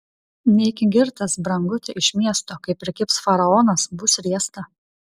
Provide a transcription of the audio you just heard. neiki girtas branguti iš miesto kai prikibs faraonas bus riesta